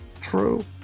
true